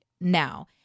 now